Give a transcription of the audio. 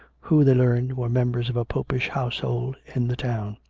who, they learned, were members of a popish household in the town.